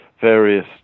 various